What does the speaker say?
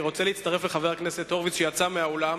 אני רוצה להצטרף לחבר הכנסת הורוביץ, שיצא מהאולם.